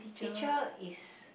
teacher is